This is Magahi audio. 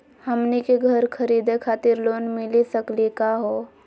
हमनी के घर खरीदै खातिर लोन मिली सकली का हो?